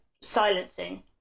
silencing